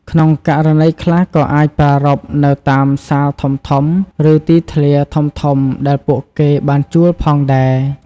ក្នុងករណីខ្លះ ក៏អាចប្រារព្ធនៅតាមសាលធំៗ ឬទីធ្លាធំៗដែលពួកគេបានជួលផងដែរ។